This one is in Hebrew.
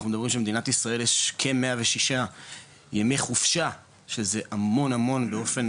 אנחנו יודעים שבמדינת ישראל יש כ-106 ימי חופשה שזה המון המון באופן